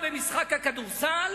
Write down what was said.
במשחק הכדורסל